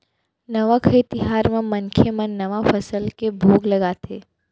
नवाखाई तिहार म मनखे मन नवा फसल के भोग लगाथे